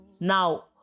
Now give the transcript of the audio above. Now